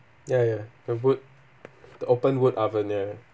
ya ya the wood the open wood oven ya